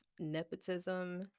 nepotism